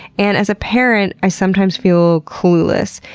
and as a parent i sometimes feel clueless.